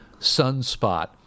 Sunspot